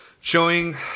showing